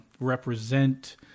represent